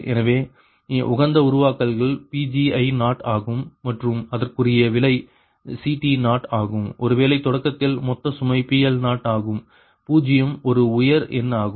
எனவே உகந்த உருவாக்கல்கள் Pgi0 ஆகும் மற்றும் அதற்குரிய விலை CT0 ஆகும் ஒருவேளை தொடக்கத்தில் மொத்த சுமை PL0 ஆகும் பூஜ்யம் ஒரு உயர் எண் ஆகும்